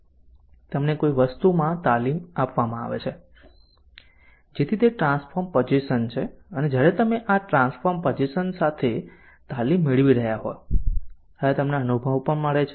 તમને કોઈ વસ્તુમાં તાલીમ આપવામાં આવે છે જેથી તે ટ્રાન્સફોર્મ પઝેશન છે અને જ્યારે તમે આ ટ્રાન્સફોર્મ પઝેશન સાથે તાલીમ મેળવી રહ્યા હો ત્યારે તમને અનુભવ પણ મળે છે